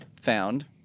found